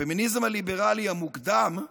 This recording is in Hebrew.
הפמיניזם הליברלי המוקדם,